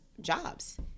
jobs